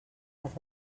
les